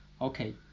Okay